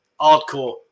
hardcore